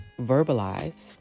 verbalize